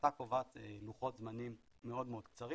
ההחלטה קובעת לוחות זמנים מאוד מאוד קצרים.